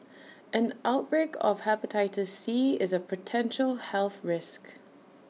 an outbreak of Hepatitis C is A potential health risk